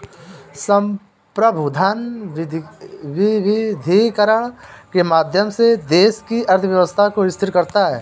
संप्रभु धन विविधीकरण के माध्यम से देश की अर्थव्यवस्था को स्थिर करता है